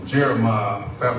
Jeremiah